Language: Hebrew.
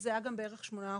שזה היה גם בערך שמונה אחוז.